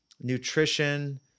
nutrition